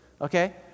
okay